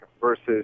versus